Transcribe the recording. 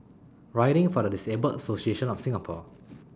Riding For The Disabled Association of Singapore